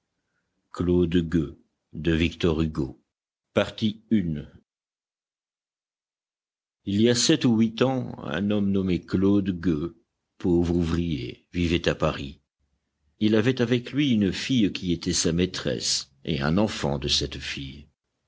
papier pocket il y a sept ou huit ans un homme nommé claude gueux pauvre ouvrier vivait à paris il avait avec lui une fille qui était sa maîtresse et un enfant de cette fille